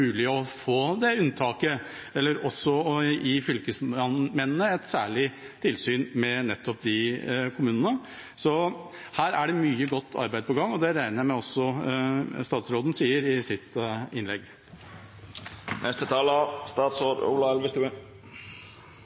å få det unntaket, eller for å gi fylkesmennene et særlig tilsyn med nettopp de kommunene. Her er det mye godt arbeid på gang, og det regner jeg med at statsråden også sier i sitt